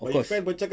of course